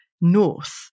north